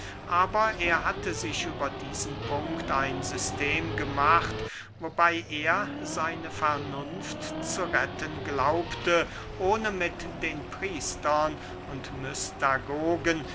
aber er hatte sich über diesen punkt ein system gemacht wobey er seine vernunft zu retten glaubte ohne mit den priestern und